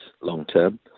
long-term